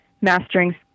mastering